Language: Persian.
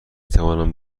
توانم